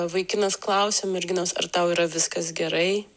vaikinas klausia merginos ar tau yra viskas gerai